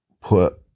put